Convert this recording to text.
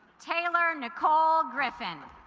taylor nicole griffin